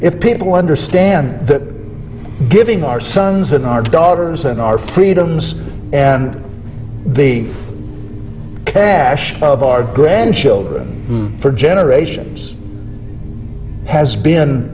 if people understand that giving our sons and our daughters and our freedoms and the cash of our grandchildren for generations has been